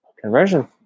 conversion